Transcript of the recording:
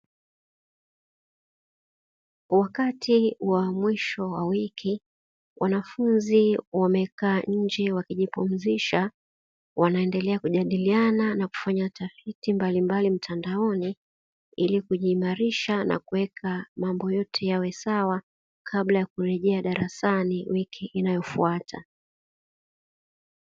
Wakati wa mwisho wa wiki wanafunzi wamekaa nje wakijipumzisha, wanaendelea kujadiliana na kufanya tafiti mbalimbali mtandaoni ili kujiimarisha na kuweka mambo yote yawe sawa kabla ya kurejea darasani wiki inayofuata.